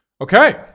okay